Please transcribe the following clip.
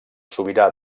sobirà